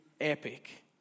epic